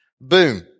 Boom